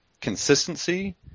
consistency